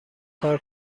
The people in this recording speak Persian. کار